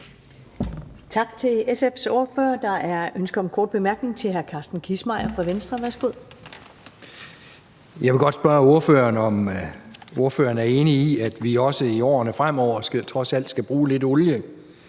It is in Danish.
Tak til SF's ordfører. Der er ønske om en kort bemærkning. Det er til hr. Carsten Kissmeyer i Venstre. Værsgo. Kl. 12:45 Carsten Kissmeyer (V): Jeg vil godt spørge ordføreren, om ordføreren er enig i, at vi også i årene fremover trods alt skal bruge lidt olie,